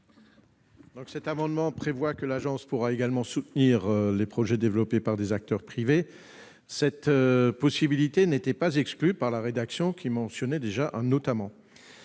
? Cet amendement prévoit que l'ANS pourra également soutenir les projets développés par des acteurs privés. Cette possibilité n'est pas exclue par la rédaction de la commission, qui comporte